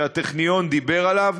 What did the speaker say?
שהטכניון דיבר עליו.